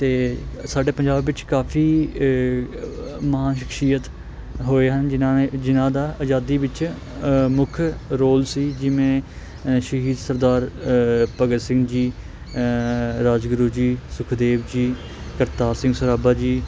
ਅਤੇ ਸਾਡੇ ਪੰਜਾਬ ਵਿੱਚ ਕਾਫੀ ਮਹਾਨ ਸ਼ਖਸ਼ੀਅਤ ਹੋਏ ਹਨ ਜਿਹਨਾਂ ਨੇ ਜਿਹਨਾਂ ਦਾ ਆਜ਼ਾਦੀ ਵਿੱਚ ਮੁੱਖ ਰੋਲ ਸੀ ਜਿਵੇਂ ਸ਼ਹੀਦ ਸਰਦਾਰ ਭਗਤ ਸਿੰਘ ਜੀ ਰਾਜਗੁਰੂ ਜੀ ਸੁਖਦੇਵ ਜੀ ਕਰਤਾਰ ਸਿੰਘ ਸਰਾਭਾ ਜੀ